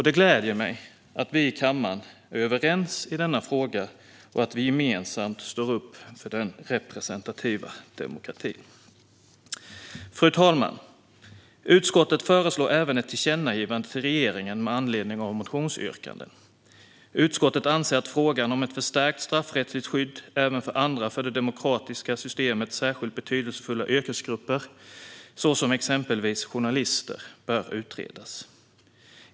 Det gläder mig att vi i kammaren är överens i denna fråga och att vi gemensamt står upp för den representativa demokratin. Fru talman! Utskottet föreslår även ett tillkännagivande till regeringen med anledning av motionsyrkanden. Utskottet anser att frågan om ett förstärkt straffrättsligt skydd även för andra för det demokratiska systemet särskilt betydelsefulla yrkesgrupper, exempelvis journalister, bör utredas.